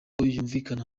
yumvikana